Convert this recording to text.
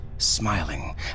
smiling